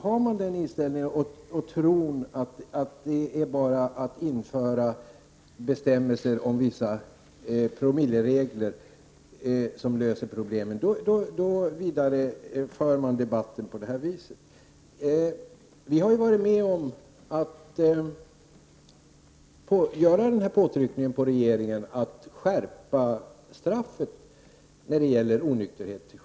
Har man inställningen och tron att det bara är införandet av bestämmelser om promilleregler som löser problemen, då för man debatten på det här viset. Vi har ju varit med om att utöva påtryckning på regeringen om att skärpa straffet för onykterhet till .